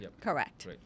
Correct